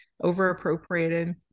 over-appropriated